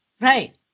right